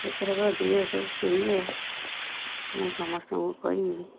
ଏଥରକ ଯିଏ ସବୁ କିଣିବେ ମୁଁ ସମସ୍ତଙ୍କୁ କହିବି